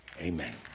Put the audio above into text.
Amen